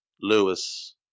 Lewis